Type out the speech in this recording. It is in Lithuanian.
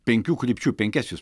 penkių krypčių penkias jūs